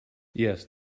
yes